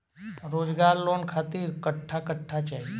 रोजगार लोन खातिर कट्ठा कट्ठा चाहीं?